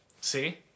See